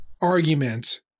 argument